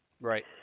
Right